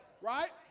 Right